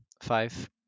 five